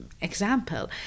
example